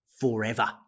forever